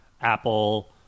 Apple